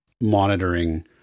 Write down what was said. monitoring